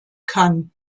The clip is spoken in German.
kann